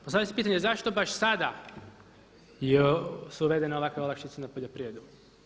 Postavlja se pitanje zašto baš sada su uvedene ovakve olakšice na poljoprivredu.